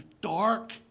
dark